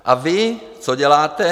A vy, co děláte?